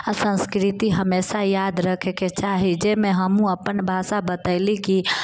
आ सन्स्कृति हमेशा याद रखेके चाही जाहिमे हमहुँ अपन भाषा बतैली कि